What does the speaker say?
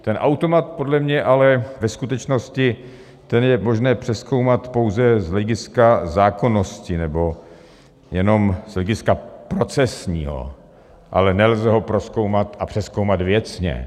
Ten automat podle mě ale ve skutečnosti je to schopen přezkoumat pouze z hlediska zákonnosti nebo jenom z hlediska procesního, ale nelze ho prozkoumat a přezkoumat věcně.